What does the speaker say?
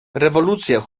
rewolucja